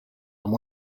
amb